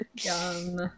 Yum